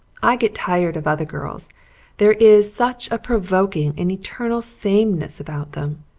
i get tired of other girls there is such a provoking and eternal sameness about them.